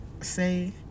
say